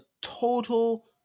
total